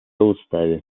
уставе